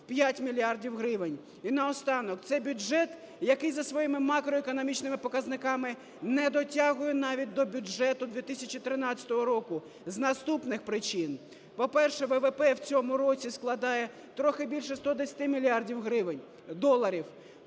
5 мільярдів гривень. І наостанок. Цей бюджет, який за своїми макроекономічними показниками не дотягує навіть до бюджету 2013 року з наступних причин: по-перше, ВВП в цьому році складає трохи більше 110 мільярдів гривень… доларів,